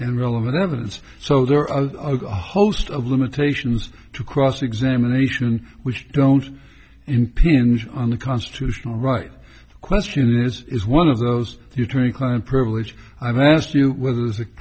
and relevant evidence so there are a host of limitations to cross examination which don't impinge on the constitutional right to question is is one of those the attorney client privilege i'm asked you whether